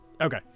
Okay